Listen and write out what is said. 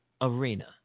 arena